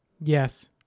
Yes